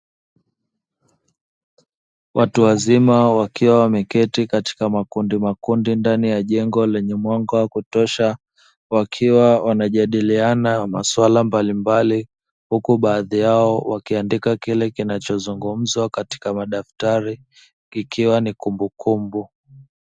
Watu wazima wakiwa wameketi katika makundi makundi ndani ya jengo lenye mwanga wa kutosha, wakiwa wanajadiliana maswala mbalimbali huku baadhi yao wakiandika kile kinachozungumzwa katika madaftari ikiwa ni kumbukumbu.